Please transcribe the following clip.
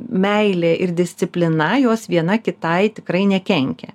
meilė ir disciplina jos viena kitai tikrai nekenkia